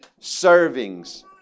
servings